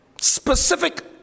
specific